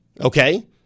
okay